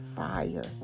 fire